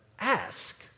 Ask